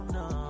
no